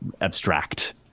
abstract